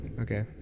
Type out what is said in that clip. okay